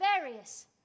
various